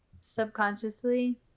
subconsciously